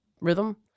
rhythm